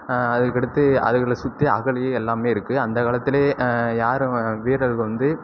அதுக்கடுத்து அதுகளை சுற்றி அகழி எல்லாம் இருக்கு அந்த காலத்துலேயே யாரும் வீரர்கள் வந்து